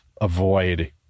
avoid